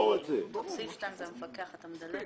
אחד סעיף 1 נתקבל.